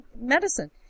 medicine